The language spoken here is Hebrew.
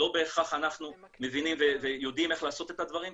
לא בהכרח אנחנו מבינים ויודעים איך לעשות את הדברים,